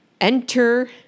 enter